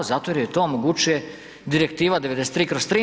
Zato jer joj to omogućuje Direktiva 93/